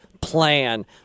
plan